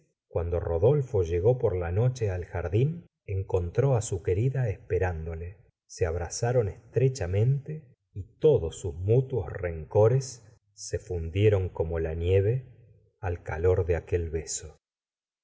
cuando rodolfo llegó por la noche al jardín encontró á su querida esperándole se abrazaron estrechamente y todos sus mutuos rencores se fundieron como la nieve al calor de aquel beso